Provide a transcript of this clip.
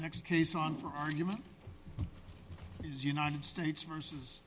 next case on for argument is united states versus